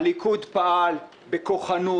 הליכוד פעל בכוחנות.